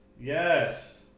Yes